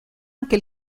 anche